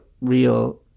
real